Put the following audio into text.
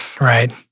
Right